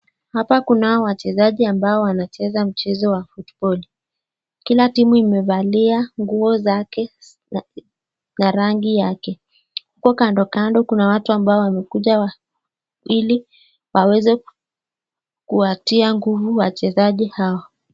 Hapa kunao wachezaji ambao wanacheza mchezo wa futiboli. Kila timu imevalia nguo zake na rangi yake. Huko kando kando kuna watu ambao wamekuja ili waweze kuwatia nguvu wachezaji hao.